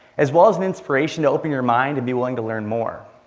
as well as an inspiration to open your mind and be willing to learn more.